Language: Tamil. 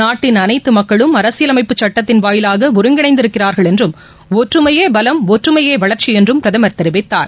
நாட்டின் அனைத்து மக்களும் அரசியலமைப்பு சுட்டத்தின் வாயிவாக ஒருங்கினைந்து இருக்கிறார்கள் என்றும் ஒற்றுமையே பலம் ஒற்றுமையே வளர்ச்சி என்றும் பிரதமர் தெரிவித்தார்